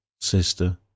sister